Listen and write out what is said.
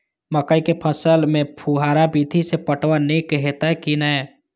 मकई के फसल में फुहारा विधि स पटवन नीक हेतै की नै?